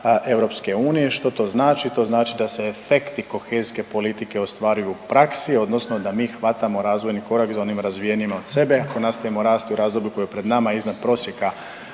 prosjeka EU. Što to znači? To znači da se efekti kohezijske politike ostvaruju u praksi, odnosno da mi hvatamo razvojni korak za onim razvijenijima od sebe. Ako nastavimo rasti u razdoblju koje je pred nama iznad prosjeka